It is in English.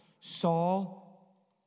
Saul